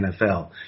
NFL